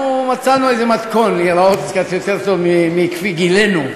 אנחנו מצאנו איזה מתכון להיראות קצת יותר טוב מכפי גילנו.